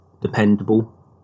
dependable